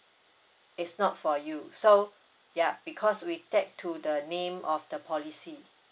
it's not for you so yeah because we tag to the name of the policy